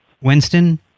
Winston